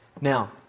Now